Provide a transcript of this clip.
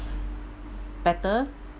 better